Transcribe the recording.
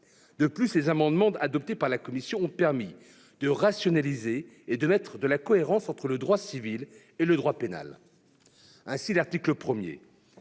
que les amendements adoptés en commission ont permis de rationaliser et de mettre en cohérence le droit civil avec le droit pénal. Ainsi, à l'article 1,